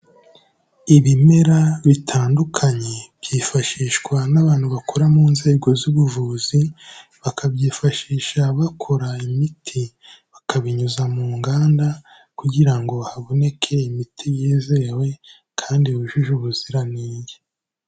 Ibimera bitandukanye byifashishwa n'abantu bakora mu nzego z'ubuvuzi, bakabyifashisha bakora imiti, bakabinyuza mu nganda kugira ngo haboneke imiti yizewe kandi yujuje ubuziranenge.